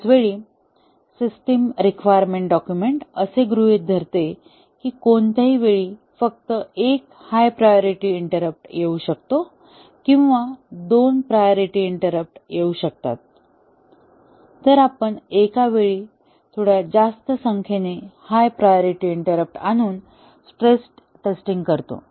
त्याच वेळी system requirement document असे गृहीत धरते की कोणत्याही वेळी फक्त एक हाय प्रायोरिटी इंटररॅप्ट येऊ शकतो किंवा दोन प्रायोरिटी इंटररॅप्ट येऊ शकतात तर आपण एका वेळी थोड्या जास्त संख्येने हाय प्रायोरिटी इंटररॅप्ट आणून स्ट्रेस टेस्टिंग करतो